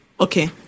Okay